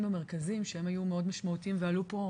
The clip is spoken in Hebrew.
במרכזים שהם היו מאוד משמעותיים ועלו פה,